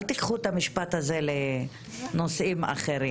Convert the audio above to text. אל תיקחו את המשפט הזה לנושאים אחרים